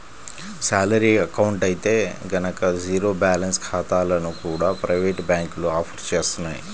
salary account అయితే గనక zero balance ఖాతాలను కూడా ప్రైవేటు బ్యాంకులు ఆఫర్ చేస్తున్నాయి